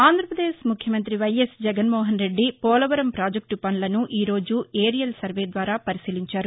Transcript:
ఆంధ్రప్రదేశ్ ముఖ్యమంత్రి వైఎస్ జగన్నోహన్రెడ్డి పోలవరం ప్రాజెక్టు పనులను ఈరోజు ఏరియల్ సర్వేద్వారా పరిశీలించారు